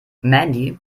mandy